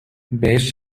بهش